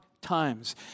times